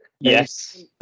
Yes